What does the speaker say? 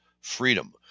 freedom